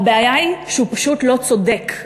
הבעיה היא שהוא פשוט לא צודק.